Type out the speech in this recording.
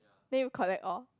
then you collect all